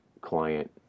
client